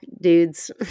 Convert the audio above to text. dudes